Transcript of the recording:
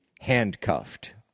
handcuffed